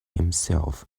himself